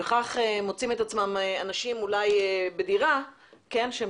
כך מוצאים את עצמם אנשים אולי בדירה שהם